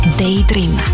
Daydream